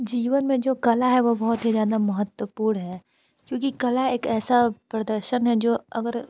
जीवन में जो कला है वो बहुत ही ज़्यादा महत्वपूर्ण है क्योंकि कला एक ऐसा प्रदर्शन है जो अगर